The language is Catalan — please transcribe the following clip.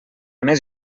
més